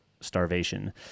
starvation